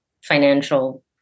financial